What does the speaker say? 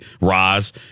Roz